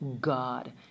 God